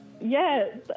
Yes